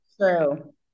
true